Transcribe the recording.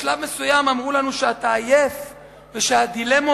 בשלב מסוים אמרו לנו שאתה עייף והדילמות